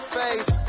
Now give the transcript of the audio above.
face